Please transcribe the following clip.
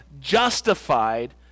justified